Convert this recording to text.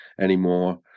Anymore